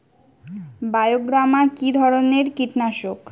বায়োগ্রামা কিধরনের কীটনাশক?